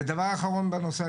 דבר אחרון בנושא,